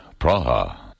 Praha